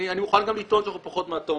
אני מוכן גם לטעון שאנחנו פחות מהתועמלניות,